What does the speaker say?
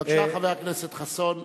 בבקשה, חבר הכנסת חסון.